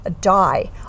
die